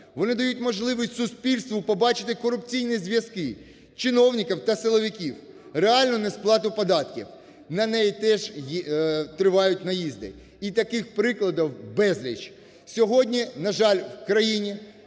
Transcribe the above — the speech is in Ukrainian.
Вони дають можливість суспільству побачити корупційні зв'язки чиновників та силовиків, реальну несплату податків. На неї теж тривають "наїзди". І таких прикладів безліч. Сьогодні, на жаль, країна